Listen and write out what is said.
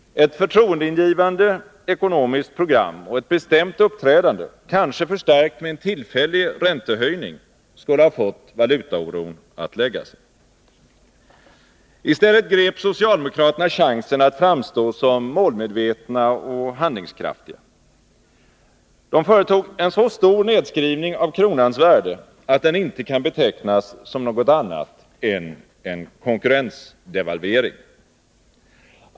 Ett förtroendeingivande ekonomiskt program och ett bestämt uppträdande, kanske förstärkt med en tillfällig räntehöjning, skulle ha fått valutaoron att lägga sig. I stället grep socialdemokraterna chansen att framstå som målmedvetna och handlingskraftiga. De företog en så stor nedskrivning av kronans värde att den inte kan betecknas som något annat än en konkurrensdevalvering.